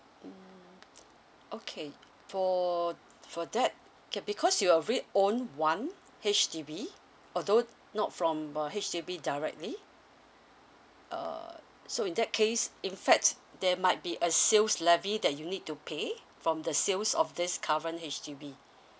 mm okay for for that because you alredy own one H_D_B although not from uh H_D_B directly err so in that case in fact there might be a sales levy that you need to pay from the sales of this current H_D_B